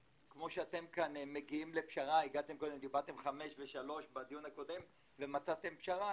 כמו שדיברתם בדיון הקודם על חמש ושלוש ומצאתם פשרה,